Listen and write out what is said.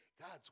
God's